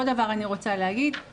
אני רוצה להגיד עוד דבר,